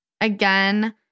again